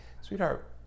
sweetheart